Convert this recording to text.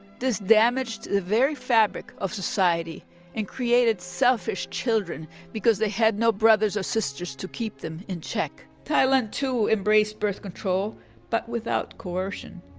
this damaged the very fabric of society and created selfish children because they had no brothers or sisters to keep them in check. thailand too embraced birth control but without coercion.